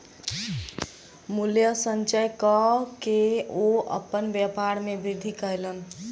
मूल्य संचय कअ के ओ अपन व्यापार में वृद्धि कयलैन